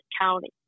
County